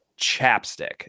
chapstick